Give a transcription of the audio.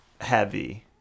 heavy –